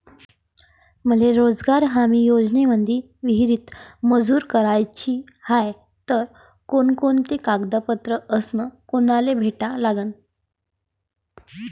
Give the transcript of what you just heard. मले रोजगार हमी योजनेमंदी विहीर मंजूर कराची हाये त कोनकोनते कागदपत्र अस कोनाले भेटा लागन?